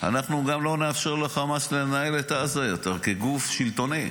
וגם לא נאפשר לחמאס לנהל את עזה יותר כגוף שלטוני.